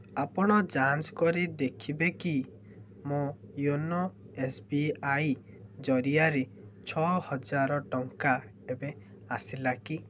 ଆପଣ ଯାଞ୍ଚ କରି ଦେଖିବେ କି ମୋ ୟୋନୋ ଏସ୍ ବି ଆଇ ଜରିଆରେ ଛଅହଜାର ଟଙ୍କା ଏବେ ଆସିଲା କି